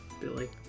Billy